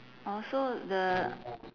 orh so the